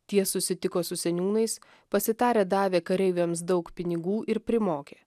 tie susitiko su seniūnais pasitarę davė kareiviams daug pinigų ir primokė